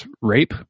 rape